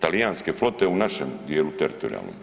Talijanske flote u našem dijelu teritorijalnom.